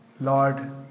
lord